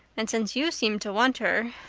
and since you seem to want her,